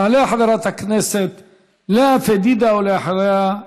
תעלה חברת הכנסת לאה פדידה, ואחריה,